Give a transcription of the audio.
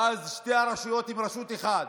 ואז שתי הרשויות הן רשות אחת,